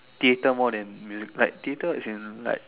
theatre more than music like theatre as in like